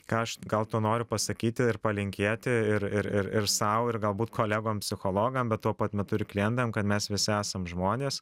ką aš gal tuo nori pasakyti ir palinkėti ir ir ir ir sau ir galbūt kolegom psichologam bet tuo pat metu ir klientam kad mes visi esam žmonės